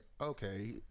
okay